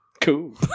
Cool